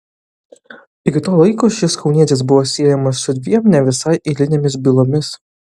iki to laiko šis kaunietis buvo siejamas su dviem ne visai eilinėmis bylomis